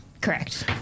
Correct